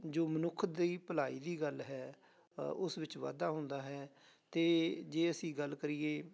ਜੋ ਮਨੁੱਖ ਦੀ ਭਲਾਈ ਦੀ ਗੱਲ ਹੈ ਉਸ ਵਿੱਚ ਵਾਧਾ ਹੁੰਦਾ ਹੈ ਅਤੇ ਜੇ ਅਸੀਂ ਗੱਲ ਕਰੀਏ